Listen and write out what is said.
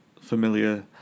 familiar